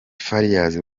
farious